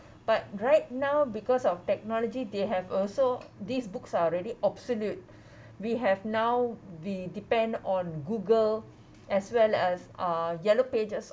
but right now because of technology they have also these books are really obsolete we have now we depend on Google as well as uh yellow pages